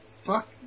Fuck